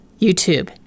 YouTube